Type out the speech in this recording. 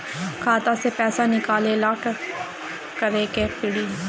खाता से पैसा निकाले ला का करे के पड़ी?